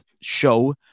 show